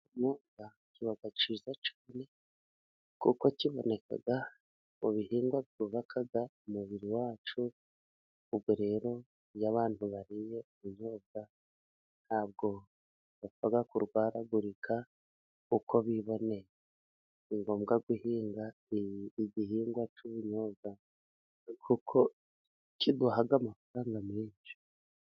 Ikinyobwa kiba kiza cyane kuko kiboneka mu bihingwa byubaka umubiri wacu, ubwo rero iyo abantu bariye ubunyobwa ntabwo bapfa kurwaragurika uko biboneye. Ni ngombwa guhinga igihingwa cy'ubunyobwa kuko kiduha amafaranga menshi,